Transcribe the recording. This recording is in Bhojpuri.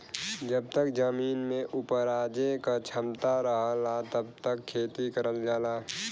जब तक जमीन में उपराजे क क्षमता रहला तब तक खेती करल जाला